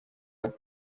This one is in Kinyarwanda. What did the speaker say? yitwa